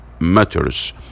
matters